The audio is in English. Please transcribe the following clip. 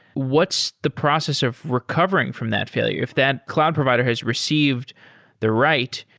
what's the process of recovering from that failure? if that cloud provider has received the write,